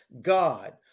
God